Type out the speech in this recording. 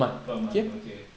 per month okay